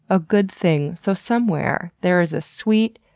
a good thing. so, somewhere there is a sweet,